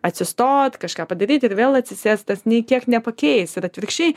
atsistot kažką padaryti ir vėl atsisėst tas nei kiek nepakeis ir atvirkščiai